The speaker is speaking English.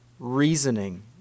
reasoning